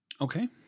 Okay